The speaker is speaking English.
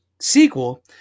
sequel